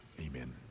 Amen